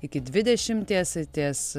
iki dvidešimties ir ties